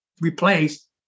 replaced